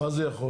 מה זה יכול?